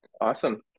Awesome